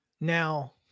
Now